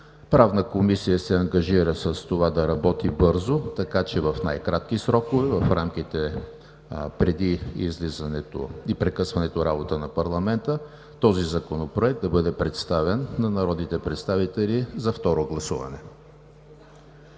Правната комисия се ангажира с това да работи бързо, така че в най-кратки срокове – в рамките преди излизането и прекъсването работата на парламента, този законопроект да бъде представен на народните представители за второ гласуване.